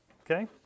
okay